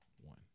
One